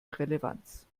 relevanz